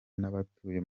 n’abatuye